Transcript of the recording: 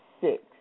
six